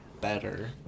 better